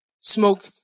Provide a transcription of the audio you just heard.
Smoke